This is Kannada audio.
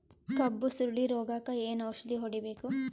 ಕಬ್ಬು ಸುರಳೀರೋಗಕ ಏನು ಔಷಧಿ ಹೋಡಿಬೇಕು?